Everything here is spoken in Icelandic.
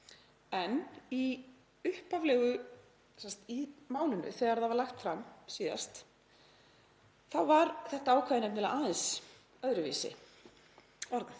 en ég, en í málinu þegar það var lagt fram síðast var þetta ákvæði nefnilega aðeins öðruvísi orðað.